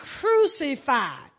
crucified